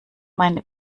meine